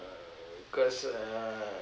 uh cause uh